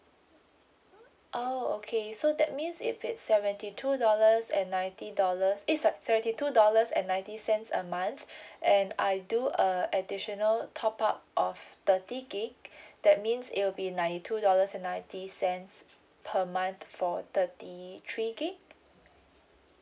oh okay so that means if it's seventy two dollars and ninety dollars eh sorry seventy two dollars and ninety cents a month and I do a additional top up of thirty gig~ that means it will be ninety two dollars and ninety cents per month for thirty three gig~